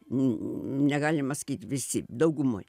negalima sakyt visi daugumoj